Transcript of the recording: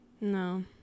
No